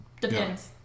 depends